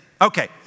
Okay